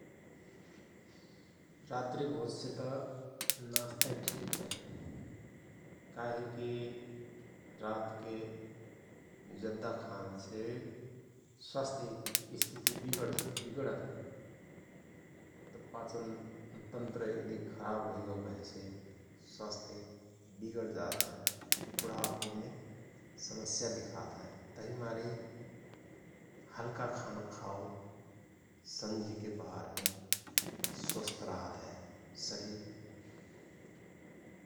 रात्रि भोज से त नास्तय ठिक हय । काहे कि रात के जद्धा खान से स्वास्थ्य स्थिती विगण विगणत हय । पाचन तन्त्र यदि खराव हुईगओ कहेसे स्वास्थ्य विगणजात हय बुढापोमे समस्या दिखात हय । तहि मारे हल्का खाना खाओ सन्झिक पहरमे स्वस्त रहत हय शरीर ।